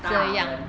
大人